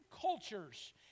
cultures